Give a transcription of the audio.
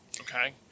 Okay